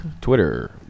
Twitter